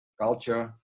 culture